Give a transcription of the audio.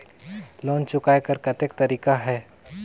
Loan चुकाय कर कतेक तरीका है?